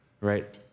right